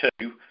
two